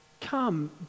come